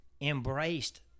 embraced